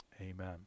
Amen